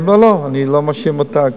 לא, אני לא מאשים אותה.